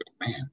man